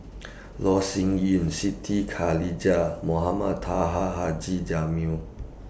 Loh Sin Yun Siti Khalijah Mohamed Taha Haji Jamil